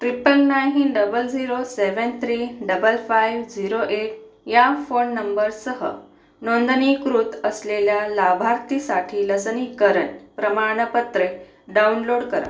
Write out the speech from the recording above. triple nine double zero seven three double five zero eight या phone नंबरसह नोंदणीकृत असलेल्या लाभार्थीसाठी लसीकरण प्रमाण पत्रे डाउनलोड करा